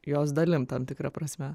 jos dalim tam tikra prasme